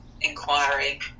inquiry